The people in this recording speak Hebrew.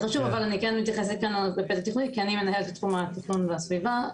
כן מתייחסת כאן לפן התכנוני כי אני מנהלת את תחום התכנון והסביבה.